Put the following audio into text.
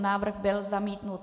Návrh byl zamítnut.